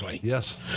Yes